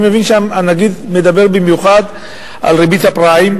אני מבין שהנגיד מדבר במיוחד על ריבית הפריים,